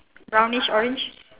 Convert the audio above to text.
brownish orange